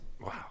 Wow